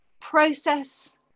process